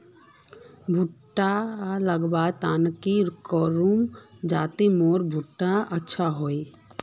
भुट्टा लगवार तने की करूम जाते मोर भुट्टा अच्छा हाई?